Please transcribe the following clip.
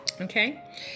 Okay